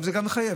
זה גם מחייב.